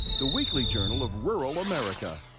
the weekly journal of rural america.